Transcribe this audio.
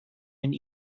and